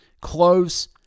Cloves